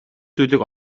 зүйлийг